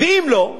ואם לא,